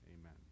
Amen